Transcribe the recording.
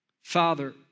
Father